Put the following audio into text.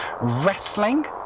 Wrestling